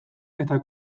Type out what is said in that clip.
eta